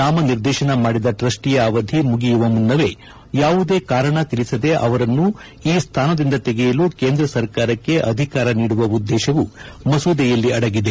ನಾಮ ನಿರ್ದೇಶನ ಮಾಡಿದ ಟ್ರಸ್ನಿಯ ಅವಧಿ ಮುಗಿಯುವ ಮುನ್ನವೇ ಯಾವುದೇ ಕಾರಣ ತಿಳಿಸದೆ ಅವರನ್ನು ಈ ಸ್ವಾನದಿಂದ ತೆಗೆಯಲು ಕೇಂದ್ರ ಸರ್ಕಾರಕ್ಕೆ ಅಧಿಕಾರ ನೀಡುವ ಉದ್ದೇಶವು ಮಸೂದೆಯಲ್ಲಿ ಆಡಗಿದೆ